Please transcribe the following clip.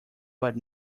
but